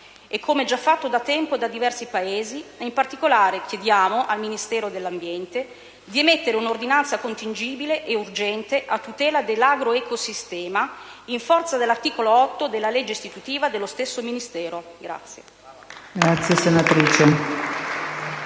e come già fatto da tempo in diversi Paesi. In particolare, chiediamo al Ministero dell'ambiente di emettere un'ordinanza contingibile ed urgente a tutela dell'agroecosistema, in forza dell'articolo 8 della legge istitutiva dello stesso Ministero.